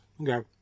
Okay